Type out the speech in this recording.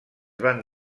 van